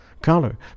color